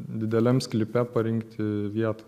dideliam sklype parinkti vietą